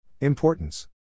Importance